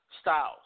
styles